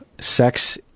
Sex